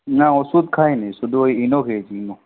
না ওষুধ খাইনি শুধু ওই ইনো খেয়েছি ইনো